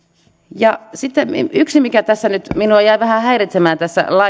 sitten yksi mikä tässä nyt minua jäi vähän häiritsemään